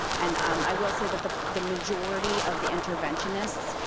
and um i will say that the the majority of the interventionists,